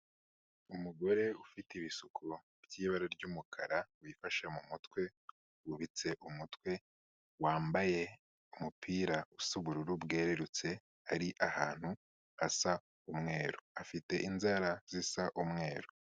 Umugore ufite ibisuko by'ibara ry'umukara wifashe mu mutwe, wubitse umutwe, wambaye umupirasa ubururu bwerurutse, ari ahantu asa umweru, afite inzara zisa umweru.